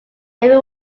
every